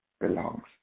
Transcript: belongs